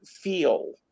feel